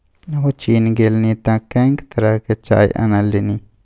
ओ चीन गेलनि तँ कैंक तरहक चाय अनलनि